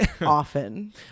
often